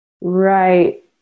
Right